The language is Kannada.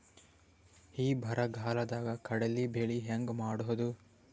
ಈ ಬರಗಾಲದಾಗ ಕಡಲಿ ಬೆಳಿ ಹೆಂಗ ಮಾಡೊದು?